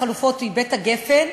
החלופות הן "בית הגפן",